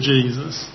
Jesus